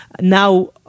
now